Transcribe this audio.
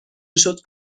میشد